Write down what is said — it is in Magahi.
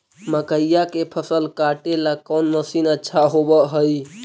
मकइया के फसल काटेला कौन मशीन अच्छा होव हई?